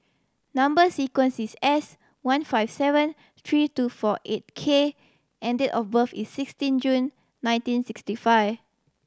number sequence is S one five seven three two four eight K and date of birth is sixteen June nineteen sixty five